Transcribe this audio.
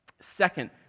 Second